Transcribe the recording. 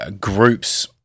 groups